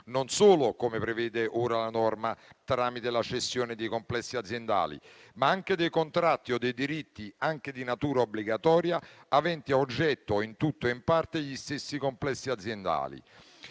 non solo, come prevede ora la norma, tramite la cessione dei complessi aziendali, ma anche dei contratti o dei diritti, anche di natura obbligatoria, aventi a oggetto, in tutto o in parte, gli stessi complessi aziendali.